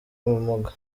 ubumuga